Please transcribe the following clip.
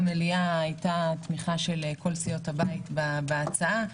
במליאה הייתה תמיכה של כל סיעות הבית בהצעה,